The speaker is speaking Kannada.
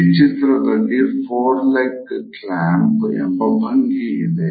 ಈ ಚಿತ್ರದಲ್ಲಿ ಫೋರ್ ಲೆಗ್ ಕ್ಲ್ಯಾಮ್ಪ್ ಎಂಬ ಭಂಗಿ ಇದೆ